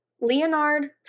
Leonard